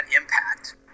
impact